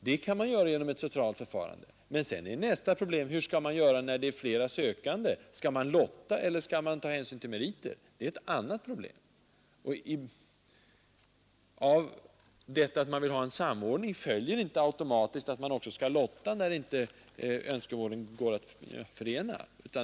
Det kan man göra genom ett centralt förfarande, men sedan uppstår nästa problem: hur skall man göra när det är flera sökande till samma plats? Skall man lotta, eller skall man ta hänsyn till meriter? — Det är ett annat problem. Av att man vill ha en samordning följer inte automatiskt att man också skall lotta när önskemålen inte går att förena.